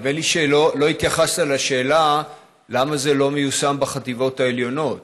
נדמה לי שלא התייחסת לשאלה למה זה לא מיושם בחטיבות העליונות.